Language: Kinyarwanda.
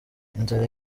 inzara